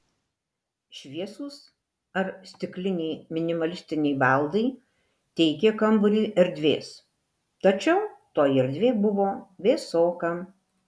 šviesūs ar stikliniai minimalistiniai baldai teikė kambariui erdvės tačiau toji erdvė buvo vėsoka